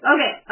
Okay